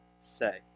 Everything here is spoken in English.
say